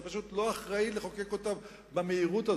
זה פשוט לא אחראי לחוקק אותן במהירות הזאת.